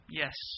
yes